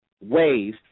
ways